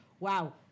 Wow